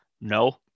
no